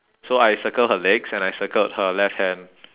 so I circle her legs and I circled her left hand